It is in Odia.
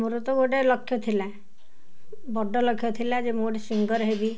ମୋର ତ ଗୋଟେ ଲକ୍ଷ୍ୟ ଥିଲା ବଡ଼ ଲକ୍ଷ୍ୟ ଥିଲା ଯେ ମୁଁ ଗୋଟେ ସିଙ୍ଗର ହେବି